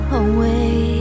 away